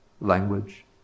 language